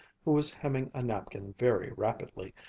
who was hemming a napkin very rapidly,